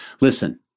listen